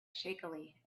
shakily